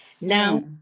Now